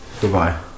goodbye